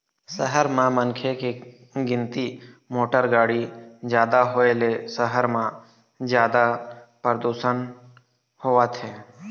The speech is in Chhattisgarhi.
सहर म मनखे के गिनती, मोटर गाड़ी जादा होए ले सहर म जादा परदूसन होवत हे